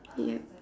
yup